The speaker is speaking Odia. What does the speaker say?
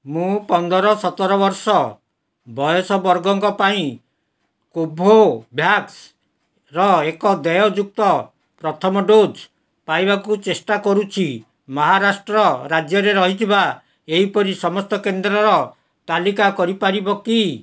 ମୁଁ ପନ୍ଦର ସତର ବର୍ଷ ବୟସ ବର୍ଗଙ୍କ ପାଇଁ କୋଭୋଭ୍ୟାକ୍ସ ର ଏକ ଦେୟଯୁକ୍ତ ପ୍ରଥମ ଡୋଜ୍ ପାଇବାକୁ ଚେଷ୍ଟା କରୁଛି ମହାରାଷ୍ଟ୍ର ରାଜ୍ୟରେ ରହିଥିବା ଏହିପରି ସମସ୍ତ କେନ୍ଦ୍ରର ତାଲିକା କରିପାରିବ କି